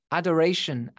adoration